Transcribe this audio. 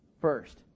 first